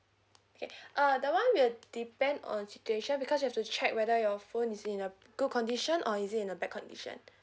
okay uh that one will depend on situation because we have to check whether your phone is in a good condition or is it in a bad condition